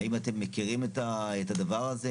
האם אתם מכירים את הדבר הזה?